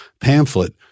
pamphlet